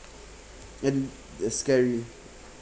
and uh scary